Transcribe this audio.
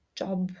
job